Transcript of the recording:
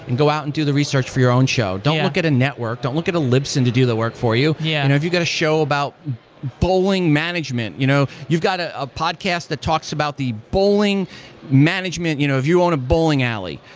and go out and do the research for your own show. don't look at a network. don't look at a libsyn to do the work for you. yeah and if you got a show about bowling management, you know you've got a a podcast that talks about the bowling management. you know if you own a bowling alley,